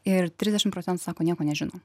ir trisdešimt procentų sako nieko nežinom